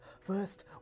First